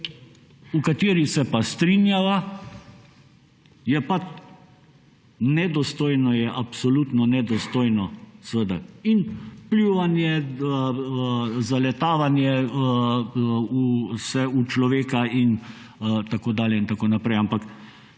o kateri se pa strinjava, je pa nedostojno, absolutno nedostojno pljuvanje, zaletavanje v človeka in tako dalje in tako naprej. Ampak